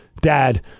dad